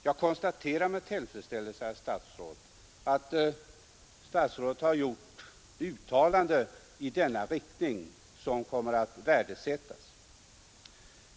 Jag konstaterar med tillfredsställelse, att statsrådet gjort uttalanden i denna riktning, som kommer att värdesättas.